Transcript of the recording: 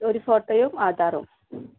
ഒരു ഫോട്ടോയും ആധാറും